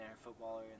footballer